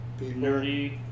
nerdy